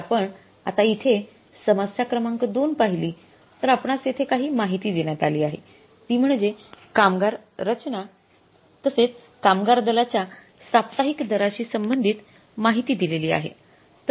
जर आपण आता इथे समस्या क्रमांक २ पहिली तर आपणास येथे काही माहिती देण्यात अली आहे ती म्हणजे कामगार रचना तसेच कामगार दलाच्या साप्ताहिक दाराशी संबंधिती माहिती दिलेली आहे